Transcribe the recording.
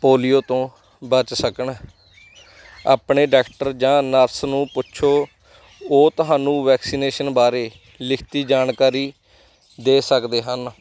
polio ਤੋਂ ਬਚ ਸਕਣ ਆਪਣੇ ਡਾਕਟਰ ਜਾਂ ਨਰਸ ਨੂੰ ਪੁੱਛੋ ਉਹ ਤੁਹਾਨੂੰ ਵੈਕਸੀਨੇਸ਼ਨ ਬਾਰੇ ਲਿਖਤੀ ਜਾਣਕਾਰੀ ਦੇ ਸਕਦੇ ਹਨ